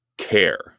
care